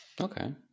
Okay